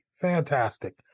Fantastic